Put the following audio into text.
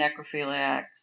necrophiliacs